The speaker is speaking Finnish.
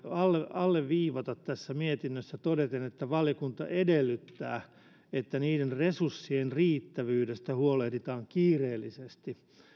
alleviivata tässä mietinnössä todeten että valiokunta edellyttää että niiden resurssien riittävyydestä huolehditaan kiireellisesti